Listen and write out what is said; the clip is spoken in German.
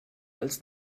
als